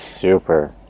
super